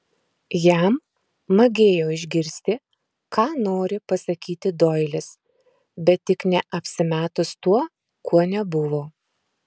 jam magėjo išgirsti ką nori pasakyti doilis bet tik ne apsimetus tuo kuo nebuvo